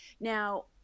Now